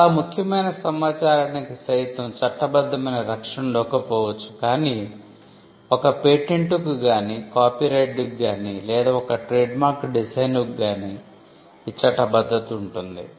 చాలా ముఖ్యమైన సమాచారానికి చట్టబద్ధమైన రక్షణ ఉండకపోవచ్చు కానీ ఒక పేటెంట్ కు గానీ కాపీరైట్ కు గానీ లేదా ఒక ట్రేడ్మార్క్ డిజైన్ కు గానీ ఈ చట్టబద్ధత ఉంటుంది